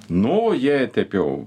nu jie teip jau